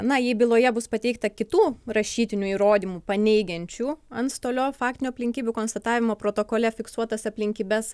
na jei byloje bus pateikta kitų rašytinių įrodymų paneigiančių antstolio faktinių aplinkybių konstatavimo protokole fiksuotas aplinkybes